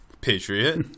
Patriot